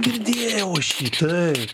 girdėjau taip